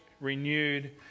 renewed